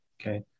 okay